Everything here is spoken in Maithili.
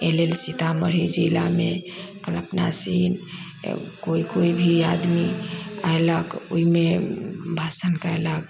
एहिलेल सीतामढ़ी जिलामे कलपना सीन कोइ कोइ भी आदमी अइलक ओहिमे भाषण कयलक